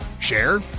Share